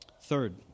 Third